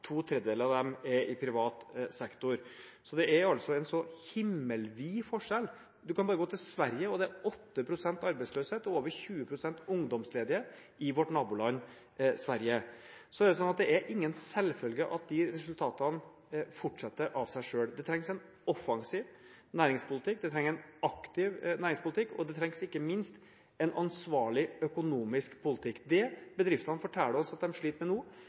to tredjedeler av dem i privat sektor. Det er altså en himmelvid forskjell. En kan bare se til Sverige. Det er 8 pst. arbeidsløshet og over 20 pst. ungdomsledighet i vårt naboland Sverige. Det er ingen selvfølge at disse resultatene fortsetter av seg selv. Det trengs en offensiv næringspolitikk, det trengs en aktiv næringspolitikk, og det trengs ikke minst en ansvarlig økonomisk politikk. Det bedriftene forteller oss at de sliter med nå,